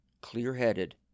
clear-headed